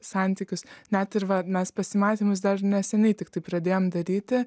santykius net ir va mes pasimatymus dar neseniai tiktai pradėjom daryti